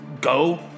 go